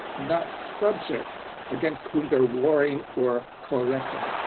not subjects against whom they're worrying or coalescing.